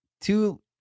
two